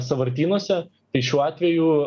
sąvartynuose tai šiuo atveju